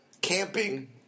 camping